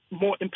more